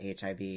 HIV